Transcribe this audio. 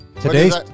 Today's